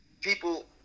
people